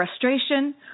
frustration